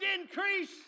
increase